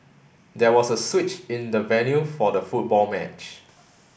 there was a switch in the venue for the football match